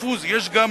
הוא מאוד דיפוזי.